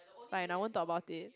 fine I won't talk about it